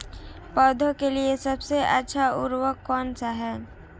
पौधों के लिए सबसे अच्छा उर्वरक कौनसा हैं?